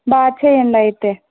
బాగా చేయండి అయితే